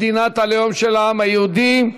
מדינת הלאום של העם היהודי.